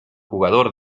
jugador